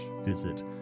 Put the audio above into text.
visit